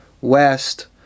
West